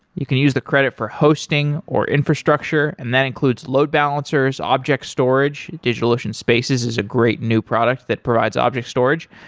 you can use the credit for hosting, or infrastructure and that includes load balancers, object storage, digitalocean spaces is a great new product that provides object storage,